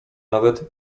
nawet